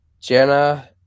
Jenna